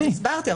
הסברתי.